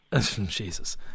Jesus